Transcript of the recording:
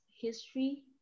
history